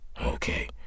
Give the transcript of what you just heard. Okay